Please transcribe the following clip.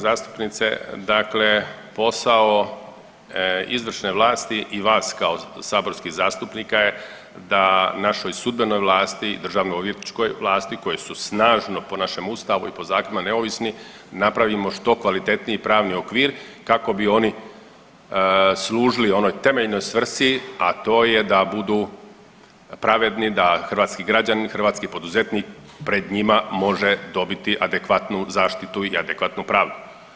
Uvažena zastupnice, dakle posao izvršne vlasti i vas kao saborskih zastupnika je da našoj sudbenoj vlasti Državnoodvjetničkoj vlasti koje su snažno po našem Ustavu i po zakonima neovisni napravimo što kvalitetniji pravni okvir kako bi oni služili onoj temeljnoj svrsi, a to je da budu pravedni, da hrvatski građanin, hrvatski poduzetnik pred njima može dobiti adekvatnu zaštitu i adekvatnu pravdu.